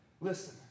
Listen